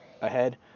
ahead